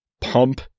pump